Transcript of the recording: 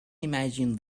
imagine